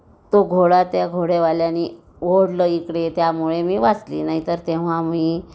तो घोडा त्या घोडेवाल्यानी ओढलं इकडे त्यामुळे मी वाचली नाही तर तेव्हा मी